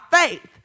faith